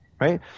right